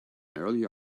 earlier